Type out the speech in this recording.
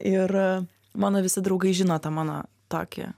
ir mano visi draugai žino tą mano tokį